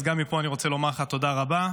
אז גם מפה אני רוצה לומר לך תודה רבה.